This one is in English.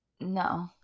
No